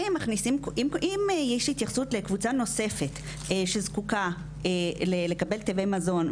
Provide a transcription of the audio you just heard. אם יש התייחסות לקבוצה נוספת שזקוקה לקבל תווי מזון,